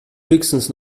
höchstens